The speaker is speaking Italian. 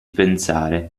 pensare